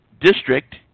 district